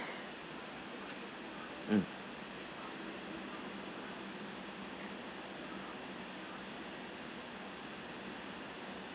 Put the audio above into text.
mm